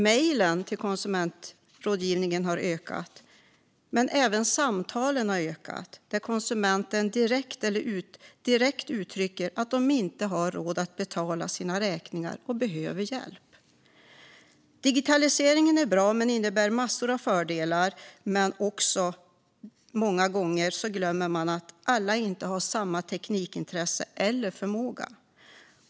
Antalet mejl till konsumentrådgivningen har ökat liksom antalet samtal där konsumenter direkt uttrycker att de inte har råd att betala sina räkningar och behöver hjälp. Digitaliseringen är bra och innebär massor av fördelar, men många gånger glömmer man att alla inte har samma teknikintresse eller förmåga.